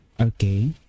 Okay